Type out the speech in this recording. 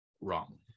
Wrong